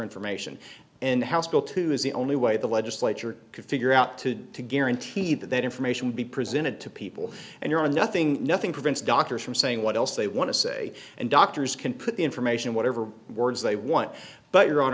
information and housefull two is the only way the legislature can figure out to guarantee that that information would be presented to people and you are nothing nothing prevents doctors from saying what else they want to say and doctors can put the information whatever words they want but your hon